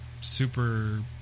super